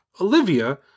Olivia